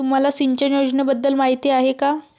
तुम्हाला सिंचन योजनेबद्दल माहिती आहे का?